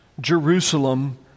Jerusalem